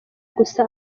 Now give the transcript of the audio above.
gusa